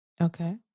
Okay